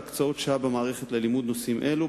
להקצות שעה במערכת ללימוד נושאים אלו.